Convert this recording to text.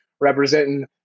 representing